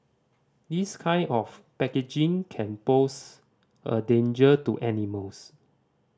this kind of packaging can pose a danger to animals